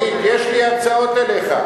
שנית, יש לי הצעות אליך.